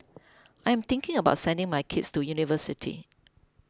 I am thinking about sending my kids to university